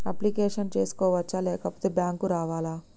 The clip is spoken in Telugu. అప్లికేషన్ చేసుకోవచ్చా లేకపోతే బ్యాంకు రావాలా?